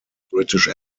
british